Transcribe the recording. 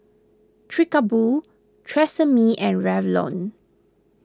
Chic A Boo Tresemme and Revlon